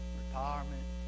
retirement